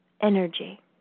energy